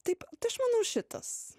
taip tai aš manau šitas